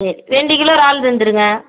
ரெண்டு கிலோ இறால் தந்துவிடுங்க